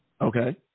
Okay